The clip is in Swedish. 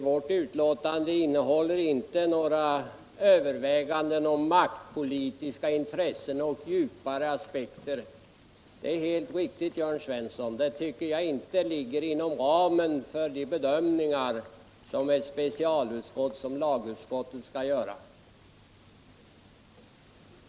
Vårt betänkande innehåller inte några överväganden om maktpolitiska intressen och djupare aspekter. Det är helt riktigt, Jörn Svensson. Sådana tycker jag inte ligger inom ramen för de bedömningar som ett specialutskott såsom lagutskottet skall göra.